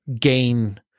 gain